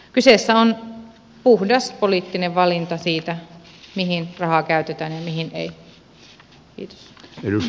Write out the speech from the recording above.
kyseessä on puhdas poliittinen valinta siitä mihin rahaa käytetään ja mihin ei